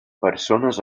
persones